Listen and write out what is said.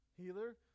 healer